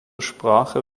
sprache